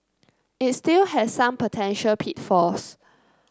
it still has some potential pitfalls